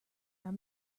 are